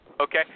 Okay